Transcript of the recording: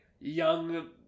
young